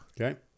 Okay